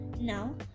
Now